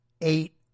eight